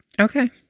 Okay